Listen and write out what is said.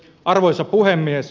arvoisa puhemies